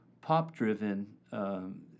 pop-driven